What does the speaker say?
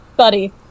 buddy